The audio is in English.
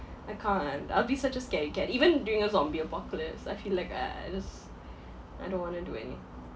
I can't I'll be such a scaredy cat even during a zombie apocalypse I feel like I I I just I don't want to do any